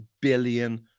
billion